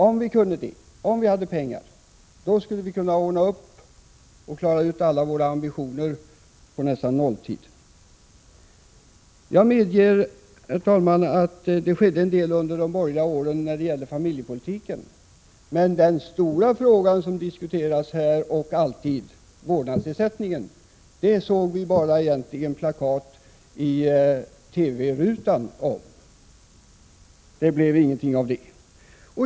Om vi hade pengar skulle vi kunna infria alla våra ambitioner nästan på nolltid. Jag medger, herr talman, att det skedde en del under de borgerliga regeringsåren på familjepolitikens område. Men den stora fråga som diskuteras här och ofta har diskuterats, nämligen frågan om vårdnadsersättningen, såg vi egentligen bara plakat i TV-rutan om. Det blev inget mer av den.